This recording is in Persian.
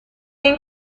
این